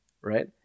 Right